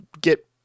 get